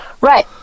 Right